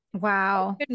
Wow